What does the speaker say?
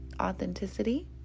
authenticity